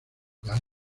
lugar